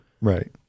Right